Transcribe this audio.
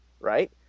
right